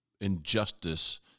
injustice